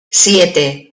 siete